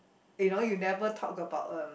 you know you never talk about um